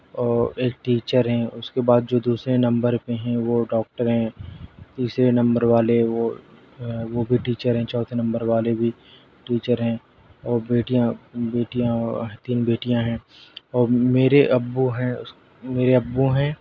اور ایک ٹیچر ہیں اس کے بعد جو دوسرے نمبر پہ ہیں وہ ڈاکٹر ہیں تیسرے نمبر والے وہ وہ بھی ٹیچر ہیں چوتھے نمبر والے بھی ٹیچر ہیں اور بیٹیاں بیٹیاں اور تین بیٹیاں ہیں اور میرے ابو ہیں میرے ابو ہیں